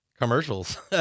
commercials